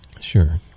Sure